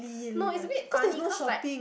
no is a bit funny cause like